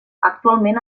actualment